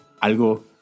algo